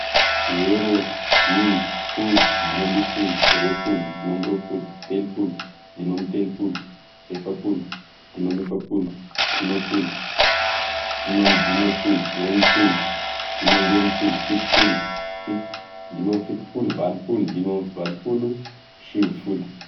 Zero, dimy, folo, dimy amby folo, roapolo, dimy amby roapolo, telopolo, dimy amby telopolo, efapolo, dimy amby efapolo, dimapolo, dimy amby dimapolo, enipolo, dimy amby enipolo, fitopolo, dimy amby fitopolo, valopolo, dimy amby valopolo, sivifolo